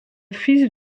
fils